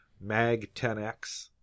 MAG-10X